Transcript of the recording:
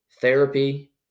Therapy